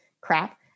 crap